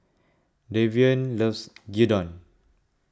Davion loves Gyudon